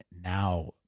now